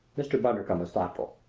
mr. bundercombe was thoughtful.